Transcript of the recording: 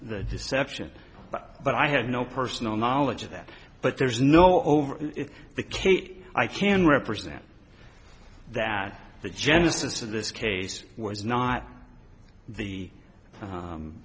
the deception but i have no personal knowledge of that but there's no over the kate i can represent that the genesis of this case was not the